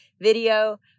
video